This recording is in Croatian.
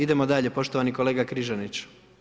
Idemo dalje, poštovani kolega Križanić.